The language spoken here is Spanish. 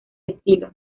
estilo